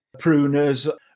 pruners